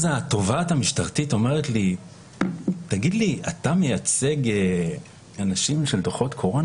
אז התובעת המשטרתית אומרת לי: אתה מייצג אנשים של דוחות קורונה?